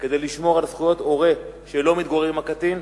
כדי לשמור על זכויות הורה שלא מתגורר עם הקטין,